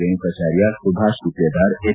Renukacharya Subhash Guttedar H